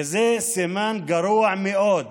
וזה סימן גרוע מאוד